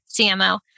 CMO